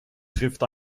trifft